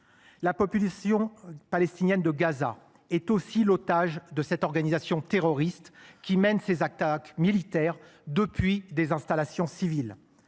La population palestinienne de Gaza est aussi l’otage de cette organisation terroriste, qui mène ses attaques militaires depuis des installations civiles.